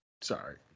Sorry